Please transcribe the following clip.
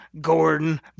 Gordon